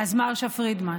אז מרשה פרידמן,